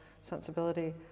sensibility